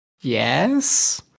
Yes